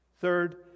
Third